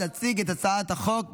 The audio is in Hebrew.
להציג את הצעת החוק,